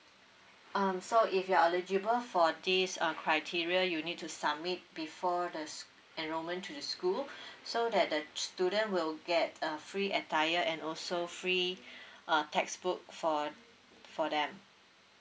um so if you are eligible for this uh criteria you need to submit before the sch~ enrolment to the school so that the student will get a free attire and also free uh textbook for for them